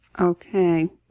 Okay